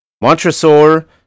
Montresor